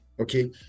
okay